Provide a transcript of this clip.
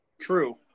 True